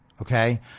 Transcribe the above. okay